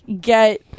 get